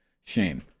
shame